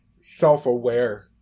self-aware